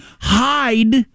hide